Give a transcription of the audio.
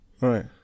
right